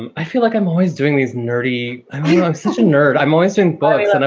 and i feel like i'm always doing these nerdy. i'm i'm such a nerd. i'm always in bugs. and